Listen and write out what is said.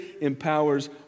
empowers